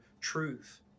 truth